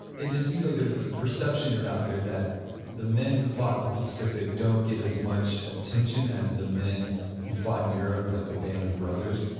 it just seems like there is the perception is out there that the men who fought the pacific don't get as much attention as the men who fought in europe like the band of brothers,